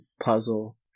puzzle